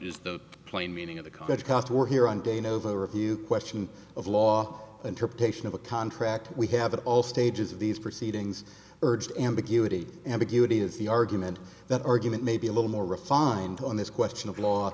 is the plain meaning of the cut cost we're here on day novo review question of law interpretation of a contract we have at all stages of these proceedings urged ambiguity ambiguity is the argument that argument may be a little more refined on this question of law